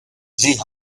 sie